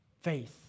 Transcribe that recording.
faith